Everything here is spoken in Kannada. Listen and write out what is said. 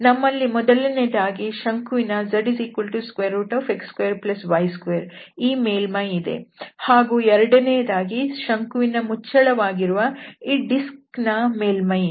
ನಮ್ಮಲ್ಲಿ ಮೊದಲನೆಯದಾಗಿ ಶಂಕುವಿನ zx2y2 ಈ ಮೇಲ್ಮೈ ಇದೆ ಹಾಗೂ ಎರಡನೆಯದಾಗಿ ಶಂಕುವಿನ ಮುಚ್ಚಳವಾಗಿರುವ ಈ ಡಿಸ್ಕ್ ನ ಮೇಲ್ಮೈ ಇದೆ